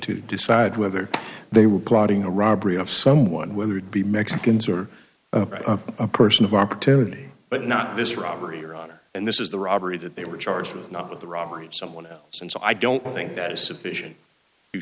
to decide whether they were plotting a robbery of someone would be mexicans or a person of opportunity but not this robbery or honor and this is the robbery that they were charged with not with the robbery of someone else and so i don't think that is sufficient